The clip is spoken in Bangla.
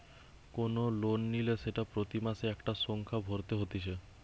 কোন লোন নিলে সেটা প্রতি মাসে একটা সংখ্যা ভরতে হতিছে